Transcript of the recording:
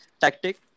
tactic